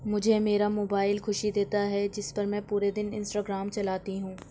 مجھے میرا موبائل خوشی دیتا ہے جس پر میں پورے دِن انسٹاگرام چلاتی ہوں